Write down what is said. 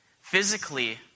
Physically